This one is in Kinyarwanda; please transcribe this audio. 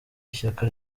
ishyaka